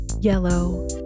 yellow